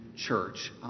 Church